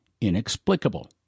inexplicable